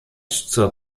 zur